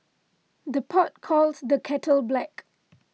the pot calls the kettle black